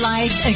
Life